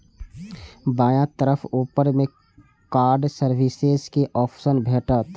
बायां तरफ ऊपर मे कार्ड सर्विसेज के ऑप्शन भेटत